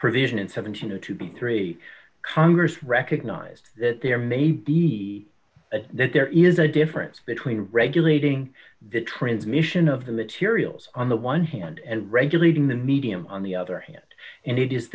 provision seven to no to be three congress recognized that there may be that there is a difference between regulating the transmission of the materials on the one hand and regulating the medium on the other hand and it is